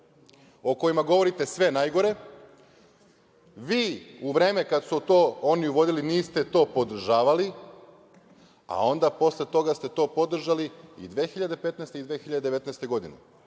o kojima govorite sve najgore, vi u vreme kada su to oni uvodili niste to podržavali, a onda posle toga ste to podržali i 2015. godine i 2019. godine.